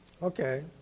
okay